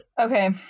Okay